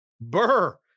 Burr